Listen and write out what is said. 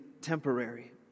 temporary